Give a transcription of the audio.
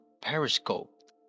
periscope